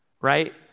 right